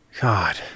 God